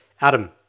Adam